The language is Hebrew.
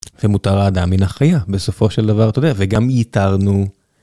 ומותר האדם מן החיה בסופו של דבר אתה יודע וגם ייתרנו.